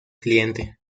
cliente